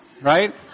right